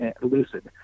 lucid